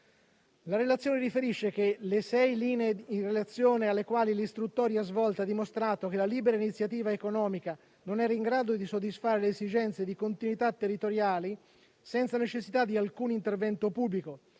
La relazione riferisce che le sei linee in relazione alle quali l'istruttoria svolta ha dimostrato che la libera iniziativa economica non era in grado di soddisfare le esigenze di continuità territoriale senza necessità di alcun intervento pubblico